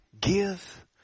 Give